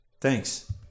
Thanks